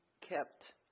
kept